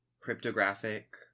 cryptographic